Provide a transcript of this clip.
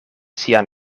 sian